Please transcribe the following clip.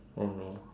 mmhmm